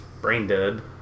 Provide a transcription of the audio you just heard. brain-dead